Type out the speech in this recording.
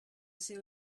ser